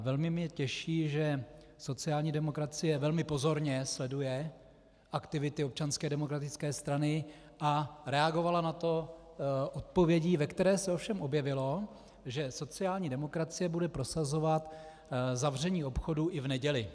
Velmi mě těší, že sociální demokracie velmi pozorně sleduje aktivity Občanské demokratické strany a reagovala na to odpovědí, ve které se ovšem objevilo, že sociální demokracie bude prosazovat zavření obchodů i v neděli.